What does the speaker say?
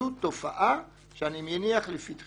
זו תופעה שאני מניח לפתחכם.